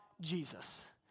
Jesus